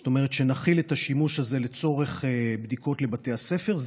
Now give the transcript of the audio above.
זאת אומרת כשנחיל את השימוש הזה לצורך בדיקות לבתי הספר,